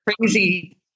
crazy